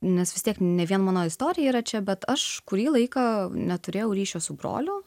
nes vis tiek ne vien mano istorija yra čia bet aš kurį laiką neturėjau ryšio su broliu